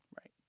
Right